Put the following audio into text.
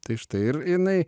tai štai ir jinai